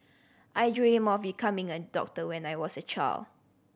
I dreamt of becoming a doctor when I was a child